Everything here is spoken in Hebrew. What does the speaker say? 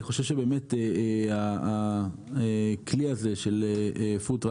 אני חושב שהכלי הזה של פוד-טראק,